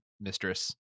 mistress